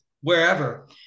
wherever